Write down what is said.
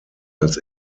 als